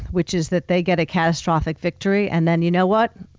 which is that they get a catastrophic victory and then you know what,